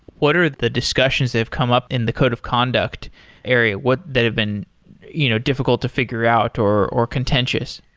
what are the discussions that have come up in the code of conduct area? would that have been you know difficult to figure out or or contentious?